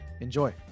Enjoy